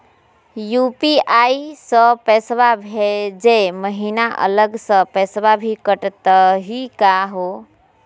UPI स पैसवा भेजै महिना अलग स पैसवा भी कटतही का हो?